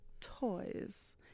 toys